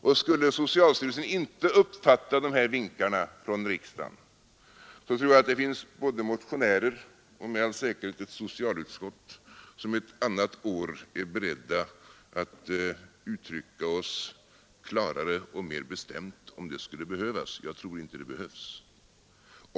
Och skulle socialstyrelsen inte uppfatta dessa vinkar från riksdagen, så tror jag att det finns både motionärer och med all säkerhet ett socialutskott som ett annat år är beredda att uttrycka sig klarare och mer bestämt. Jag tror inte att det behövs.